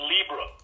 Libra